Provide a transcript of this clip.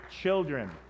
children